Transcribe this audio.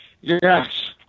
Yes